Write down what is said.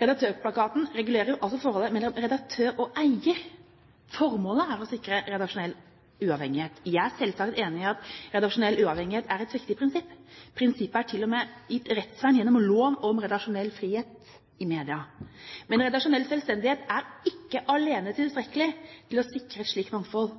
Redaktørplakaten regulerer forholdet mellom redaktør og eier. Formålet er å sikre redaksjonell uavhengighet. Jeg er selvsagt enig i at redaksjonell uavhengighet er et viktig prinsipp. Prinsippet er til og med gitt rettsvern gjennom lov om redaksjonell frihet i media. Men redaksjonell selvstendighet er ikke alene tilstrekkelig til å sikre et slikt mangfold.